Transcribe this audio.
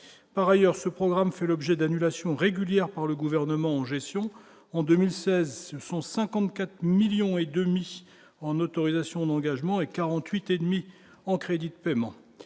par ailleurs, ce programme fait l'objet d'annulation régulière par le gouvernement, gestion en 2016, 154 millions et demi en autorisations d'engagement et 48 et demi en crédits de paiement,